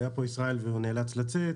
ישראל היה פה והוא נאלץ לצאת.